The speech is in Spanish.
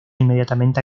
inmediatamente